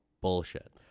Bullshit